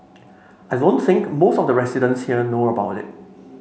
I don't think most of the residents here know about it